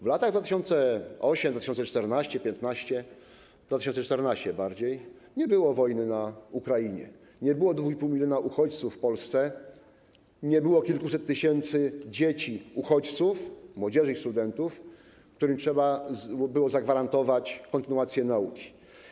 W latach 2008-2014, 2015, 2014 bardziej, nie było wojny na Ukrainie, nie było 2,5 mln uchodźców w Polsce, nie było kilkuset tysięcy dzieci uchodźców, młodzieży i studentów, którym trzeba było zagwarantować kontynuację nauki.